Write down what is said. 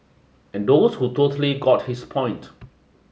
and those who totally got his point